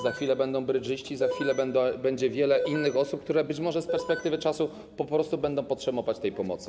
Za chwilę będą brydżyści, za chwilę będzie wiele innych osób, które być może z perspektywy czasu po prostu będą potrzebować pomocy.